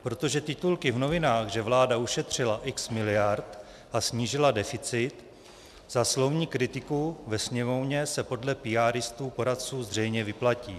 Protože titulky v novinách, že vláda ušetřila x miliard a snížila deficit, za slovní kritiku ve Sněmovně se podle píaristů, poradců, zřejmě vyplatí.